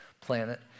planet